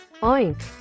Oink